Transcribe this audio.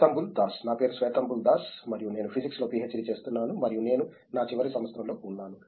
శ్వేతంబుల్ దాస్ నా పేరు శేతంబుల్ దాస్ మరియు నేను ఫిజిక్స్ లో పిహెచ్ డి చేస్తున్నాను మరియు నేను నా చివరి సంవత్సరం లో ఉన్నాను